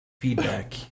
feedback